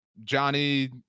Johnny